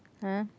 !huh!